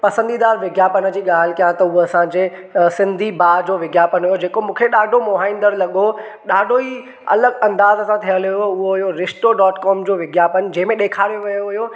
पसंदीदार विज्ञापन जी ॻाल्हि कयां त हूअ असांजे सिंधी भाउ जो विज्ञापन हो जेको मूंखे ॾाढो मुहाईंदड़ लॻो ॾाढो ई अलॻि अंदाज़ सां थियल हुयो हूअ हुयो रिश्तो डौट कौम जो विज्ञापन जंहिंमें ॾेखारियो वियो हुयो